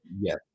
Yes